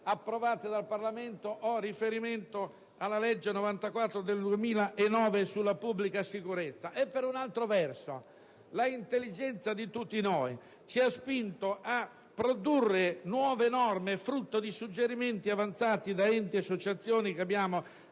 approvate dal Parlamento e con la legge n. 94 del 2009 sulla pubblica sicurezza. Per un altro verso ancora, l'intelligenza di tutti noi ci ha spinto a produrre nuove norme, frutto di suggerimenti avanzati da enti ed associazioni che abbiamo